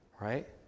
right